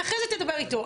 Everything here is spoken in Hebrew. אז אחרי זה תדבר איתו,